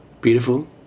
beautiful